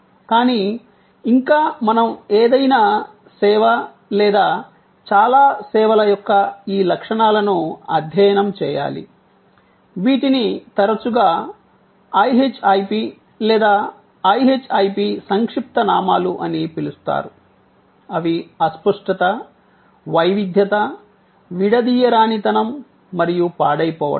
కానీ ఇంకా మనం ఏదైనా సేవ లేదా చాలా సేవల యొక్క ఈ లక్షణాలను అధ్యయనం చేయాలి వీటిని తరచుగా IHIP లేదా IHIP సంక్షిప్తనామాలు అని పిలుస్తారు అవి అస్పష్టత వైవిధ్యత విడదీయరానితనం మరియు పాడైపోవుట